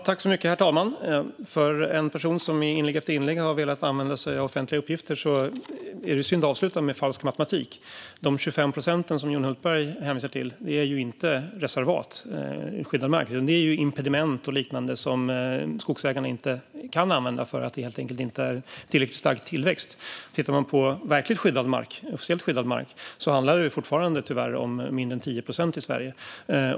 Herr talman! Det är synd att en person som i inlägg efter inlägg säger sig vilja använda sig av offentliga uppgifter avslutar med falsk matematik. De 25 procent som Johan Hultberg hänvisar till är ju inte reservat och skyddad mark, utan det är fråga om impediment och liknande som skogsägarna inte kan använda för att det helt enkelt inte är tillräckligt stark tillväxt. Tittar man på verkligt skyddad mark, officiellt skyddad mark, handlar det fortfarande tyvärr om mindre än 10 procent i Sverige.